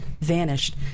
vanished